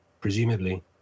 presumably